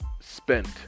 spent